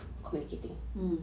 mmhmm